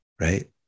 right